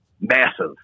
massive